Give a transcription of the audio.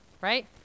right